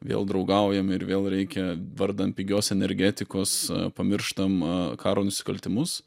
vėl draugaujam ir vėl reikia vardan pigios energetikos pamirštam karo nusikaltimus